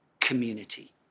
community